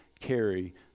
carry